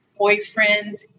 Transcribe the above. boyfriends